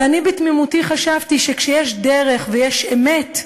ואני בתמימותי חשבתי שכשיש דרך, ויש אמת,